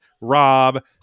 Rob